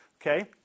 Okay